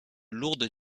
lourdes